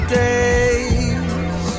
days